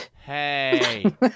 Hey